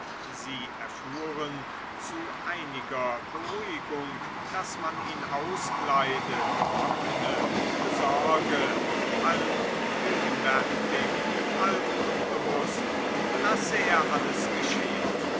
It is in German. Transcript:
sie erfuhren zu einiger beruhigung daß man ihn auskleide trockne besorge halb gegenwärtig halb unbewußt lasse er alles geschehen